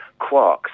quarks